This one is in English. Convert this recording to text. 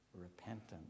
repentance